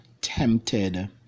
tempted